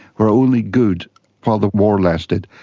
were only good while the war lasted.